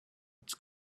its